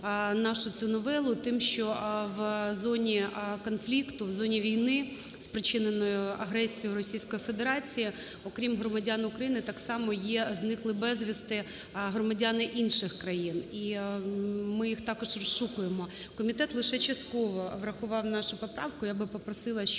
нашу цю новелу. Тим, що в зоні конфлікту, в зоні війни, спричиненої агресією Російської Федерації, окрім громадян України, так само є зниклі безвісти громадяни інших країн, і ми їх також розшукуємо. Комітет лише частково врахував нашу поправку. Я би попросила, щоб